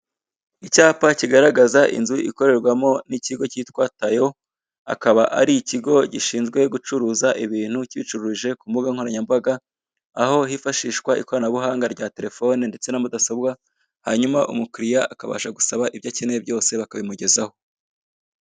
Icyapa kigaragaza inzu ikorerwamo n'ikigo kitwa Tayo, akaba ari ikigo gishinzwe gucuruza ibintu kibicuruje ku mbuga nkoranyambaga, aho hifashishwa ikoranabuhanga rya telefone ndetse na mudasobwa hanyuma umukiliya akabasha gusaba ibyo akeneye byose bakabimugezaho.